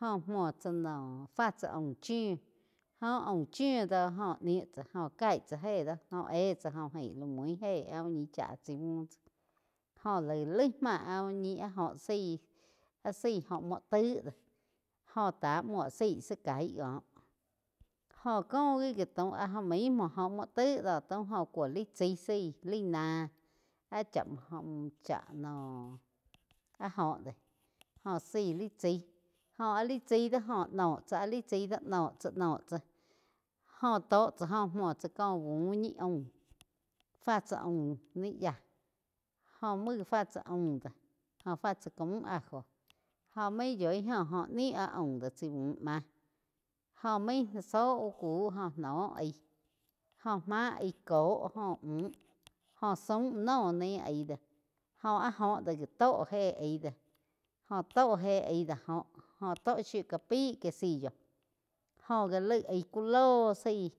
Jóh múo tsá noh fá tsá aum chiu joh áh aum chiu do joh niu tsá óh caig tsá éh do joh éh tsá ain la múi héh áh úh ñi chá tsaí buh tsá jóh laig, laig má áh úh ñi áh júh zaí, áh zaí óho múo taig doh. Jóh ta múo zaí zá caíg koh joh có gi, gi taum mismo óh múo taig do taum joh kúo laig chaí zaí laí ná. Áh cha noh áh óh déh jóh zaí laí chaí jóh áh laih chaí do joh noh tsá chai do noh tsá, noh tsá jo otó cha jo múo tsá cóh bu úh ñi aum fá tsá aum nih yíah joh múo gá fá tsá aum do joh fá tsá ká múh ajo jo main yoi óh nih áh aum do chaí búh máh jóh main zóh úh kuh óh noh aig joh máh aig kó joh múh jóh zaum noh naih áh aig jóh áh góh do gi tó éh aig do, jo tó éh aig do óh, óh tóh shiu ca pai quelliso jóh já laig aih ku loh zaí